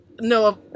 No